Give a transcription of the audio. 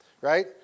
right